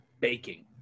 baking